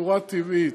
בצורה טבעית.